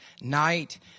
Night